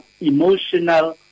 emotional